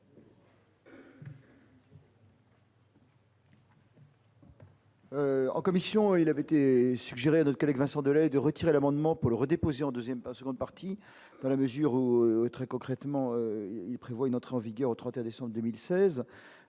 En commission, il avait été suggéré de Vincent Delay de retirer l'amendement pour le redéposer en 2ème parce qu'on est parti dans la mesure où très concrètement, il prévoit une entrée en vigueur au 31 décembre 2016